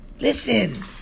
Listen